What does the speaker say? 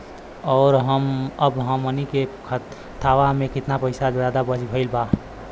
और अब हमनी के खतावा में कितना पैसा ज्यादा भईल बा?